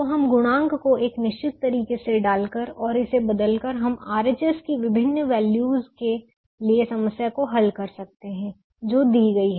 तो हम गुणांक को एक निश्चित तरीके से डालकर और इसे बदलकर हम RHS की विभिन्न वैल्यू के लिए समस्या को हल कर सकते हैं जो दी गई है